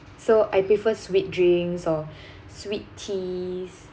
so I prefer sweet drinks or sweet teas